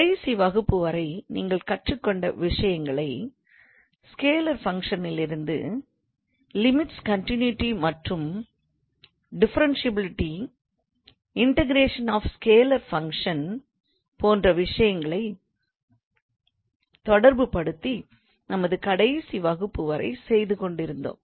கடைசி வகுப்பு வரை நீங்கள் கற்றுக்கொண்ட விஷயங்களை ஸ்கேலார் ஃபங்க்ஷன்களிலிருந்து லிமிட்ஸ் கண்டின்யூட்டி மற்றும் differentiability integration of scalar function போன்ற விஷயங்களை தொடர்பு படுத்தி நமது கடைசி வகுப்புவரை செய்து கொண்டிருந்தோம்